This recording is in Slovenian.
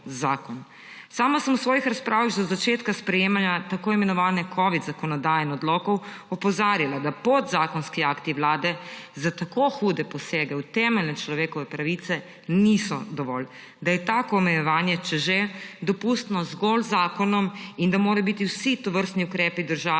Sama sem v svojih razpravah že od začetka sprejemanja tako imenovane covid zakonodaje in odlokov opozarjala, da podzakonski akti Vlade za tako hude posege v temeljne človekove pravice niso dovolj, da je tako omejevanje, če že, dopustno zgolj z zakonom in da morajo biti vsi tovrstni ukrepi države